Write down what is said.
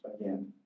Again